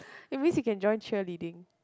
it means you can join cheer leading